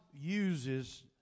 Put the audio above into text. Uses